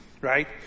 right